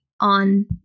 on